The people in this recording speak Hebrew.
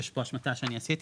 יש פה השמטה שאני עשיתי,